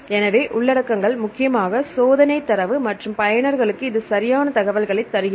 எனவே உள்ளடக்கங்கள் முக்கியமாக சோதனை தரவு மற்றும் பயனர்களுக்கு இது சரியான தகவல்களைத் தருகிறது